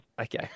Okay